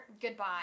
goodbye